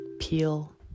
peel